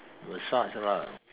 massage lah